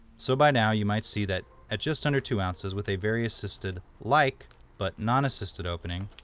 so by now, you might see that at just under two ounces. with a very assisted like but non assisted opening.